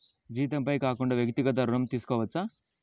జీతంపై కాకుండా వ్యక్తిగత ఋణం తీసుకోవచ్చా?